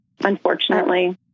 unfortunately